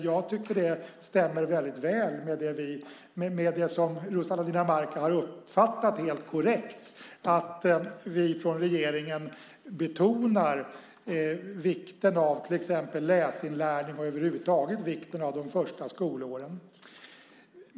Jag tycker att det stämmer väldigt väl med det som Rosanna Dinamarca har uppfattat, helt korrekt, att vi från regeringen betonar vikten av till exempel läsinlärning och över huvud taget vikten av de första skolåren.